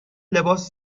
لباس